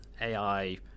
AI